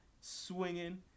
swinging